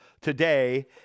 today